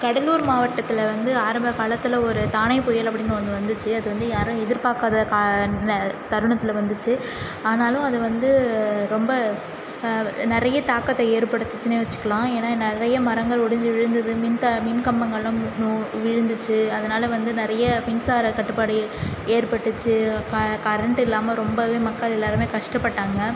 கடலூர் மாவட்டத்தில் வந்து ஆரம்பக் காலத்தில் ஒரு தானே புயல் அப்படின்னு ஒன்று வந்துச்சு அது வந்து யாரும் எதிர்பார்க்காத கா நே தருணத்தில் வந்துச்சு ஆனாலும் அது வந்து ரொம்ப நிறைய தாக்கத்தை ஏற்படுத்துச்சுனே வச்சுக்கலாம் ஏன்னா நிறைய மரங்கள் ஒடிஞ்சி விழுந்துது மின் த மின்கம்பங்கள்லாம் விழுந்துச்சு அதனால் வந்து நிறைய மின்சார தட்டுப்பாடு ஏற்பட்டுச்சு க கரெண்ட் இல்லாமல் ரொம்பவே மக்கள் எல்லாருமே கஷ்டப்பட்டாங்க